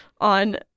on